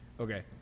Okay